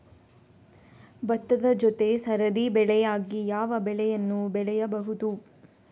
ಭತ್ತದ ಜೊತೆ ಸರದಿ ಬೆಳೆಯಾಗಿ ಯಾವ ಬೆಳೆಯನ್ನು ಬೆಳೆಯಬಹುದು?